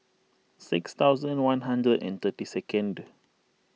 six thousand one hundred and thirty second two